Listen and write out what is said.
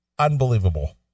Unbelievable